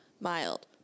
mild